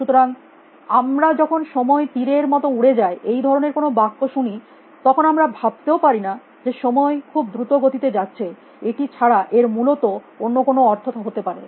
সুতরাং আমরা যখন সময় তীরের মত উড়ে যায় এই ধরনের কোনো বাক্য শুনি তখন আমরা ভাবতেও পারিনা যে সময় খুব দ্রুত গতিতে যাচ্ছে এটি ছাড়া এর মূলত অন্য কোনো অর্থ হতে পারে